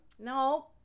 no